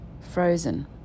Frozen